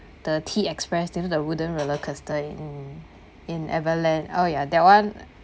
the T express you know the wooden roller coaster in in Everland oh ya that [one]